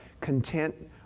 content